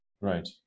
Right